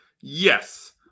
Yes